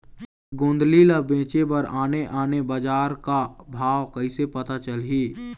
गोंदली ला बेचे बर आने आने बजार का भाव कइसे पता चलही?